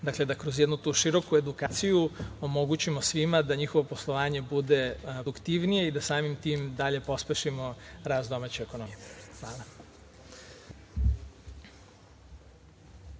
da kroz jednu široku edukaciju omogućimo svima da njihovo poslovanje bude produktivnije i da samim tim dalje pospešimo rast domaće ekonomije. Hvala.